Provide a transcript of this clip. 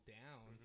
down